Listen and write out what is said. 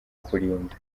kurinda